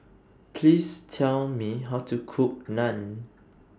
Please Tell Me How to Cook Naan